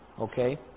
Okay